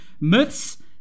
myths